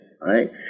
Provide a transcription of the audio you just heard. right